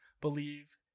believe